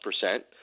percent